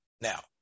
Now